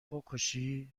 بکشی